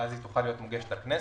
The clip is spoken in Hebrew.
ואז היא תוכל להיות מוגשת לכנסת.